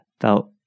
felt